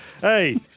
Hey